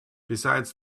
besides